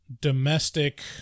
domestic